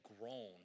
grown